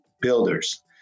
builders